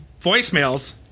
voicemails